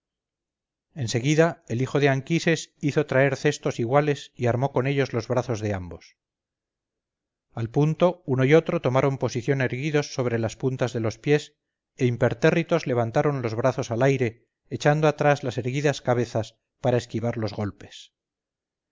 seguida el hijo de anquises hizo traer cestos iguales y armó con ellos los brazos de ambos al punto uno y otro tomaron posición erguidos sobre las puntas de los pies e impertérritos levantaron los brazos al aire echando atrás las erguidas cabezas para esquivar los golpes